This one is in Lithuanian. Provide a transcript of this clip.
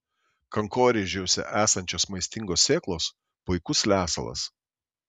kankorėžiuose esančios maistingos sėklos puikus lesalas